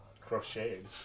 Crocheted